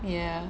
ya